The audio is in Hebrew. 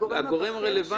הגורם הרלוונטי באותו תחום.